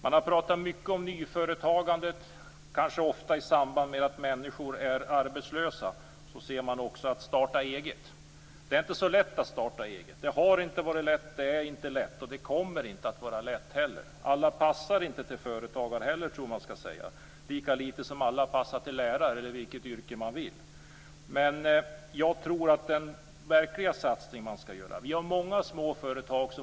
Man har pratat mycket om nyföretagandet, kanske ofta i samband med att människor är arbetslösa. Då talas det också om att starta eget. Det är inte så lätt att starta eget. Det har inte varit lätt, det är inte lätt och det kommer inte att vara lätt heller. Alla passar inte till företagare, tror jag att man skall säga, lika litet som alla passar till lärare eller vilket yrke man vill. Men den verkliga satsningen tror jag att man skall göra på de många små företag som finns.